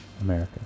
America